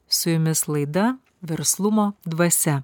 su jumis laida verslumo dvasia